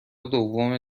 دوم